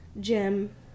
gym